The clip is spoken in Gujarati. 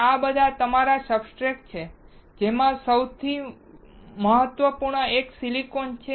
તેથી આ બધા તમારા સબસ્ટ્રેટ છે જેમાં સૌથી મહત્વપૂર્ણ એક સિલિકોન છે